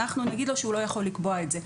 אנחנו נגיד לו שהוא לא יכול לקבוע את זה,